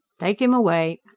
take him away!